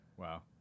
wow